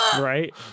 Right